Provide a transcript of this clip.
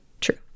true